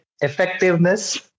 effectiveness